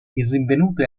rinvenute